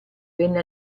venne